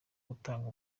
gutanga